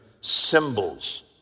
symbols